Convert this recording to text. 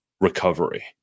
recovery